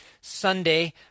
Sunday